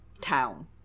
town